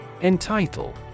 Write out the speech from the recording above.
Entitle